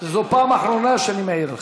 זו פעם אחרונה שאני מעיר לך.